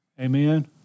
Amen